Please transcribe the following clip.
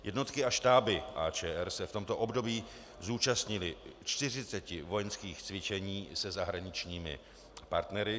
Jednotky a štáby AČR se v tomto období zúčastnily 40 vojenských cvičení se zahraničními partnery.